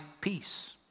peace